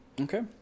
Okay